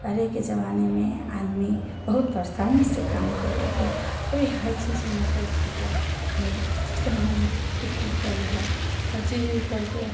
पहले के ज़माने में आदमी बहुत परेशानी से काम करते थे अभी हर चीज़ मोटर फोटर कुट्टी कल है हर चीज़ करके